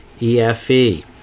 EFE